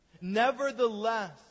Nevertheless